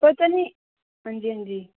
पता नि हां'जी हां'जी